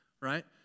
Right